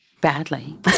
Badly